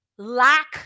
lack